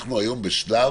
אנחנו היום בשלב